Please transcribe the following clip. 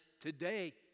today